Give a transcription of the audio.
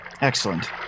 Excellent